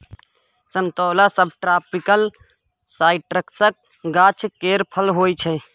समतोला सबट्रापिकल साइट्रसक गाछ केर फर होइ छै